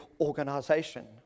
organization